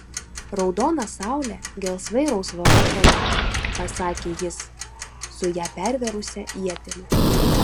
raudona saulė gelsvai rausvame fone pasakė jis su ją pervėrusia ietimi